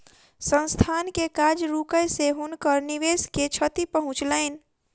संस्थान के काज रुकै से हुनकर निवेश के क्षति पहुँचलैन